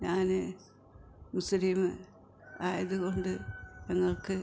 ഞാൻ മുസ്ലിം ആയതുകൊണ്ട് ഞങ്ങൾക്ക്